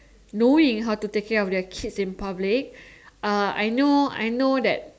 knowing how to take care of their kids in public uh I know I know that